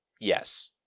yes